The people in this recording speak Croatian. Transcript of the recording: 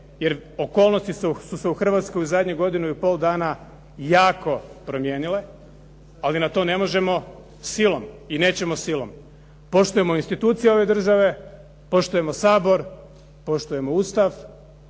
jer okolnosti su se u Hrvatskoj u zadnjih godinu i pol dana jako promijenile, ali na to ne možemo silom i nećemo silom. Poštujemo institucije ove države, poštujemo Sabor, poštujemo Ustav,